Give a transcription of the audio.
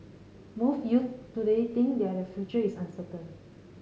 most youths today think their future is uncertain